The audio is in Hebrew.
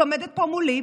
היא עומדת פה מולי,